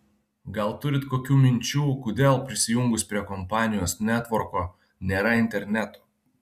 gal turit kokių minčių kodėl prisijungus prie kompanijos netvorko nėra interneto